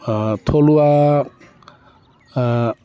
থলুৱা